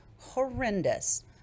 horrendous